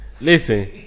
Listen